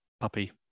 puppy